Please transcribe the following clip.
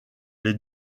les